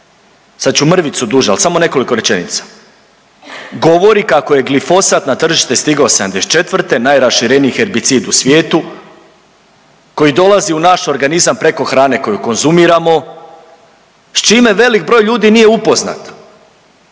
sad ću mrvicu duže al samo nekoliko rečenica, govori kako je glifosat na tržište stigao '74. najrašireniji herbicid u svijetu koji dolazi u naš organizam preko hrane koju konzumiramo s čime velik broj ljudi nije upoznat.